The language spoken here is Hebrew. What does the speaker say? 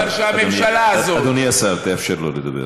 אבל שהממשלה הזאת, אדוני השר, תאפשר לו לדבר.